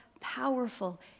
powerful